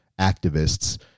activists